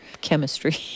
chemistry